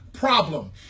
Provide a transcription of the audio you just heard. Problem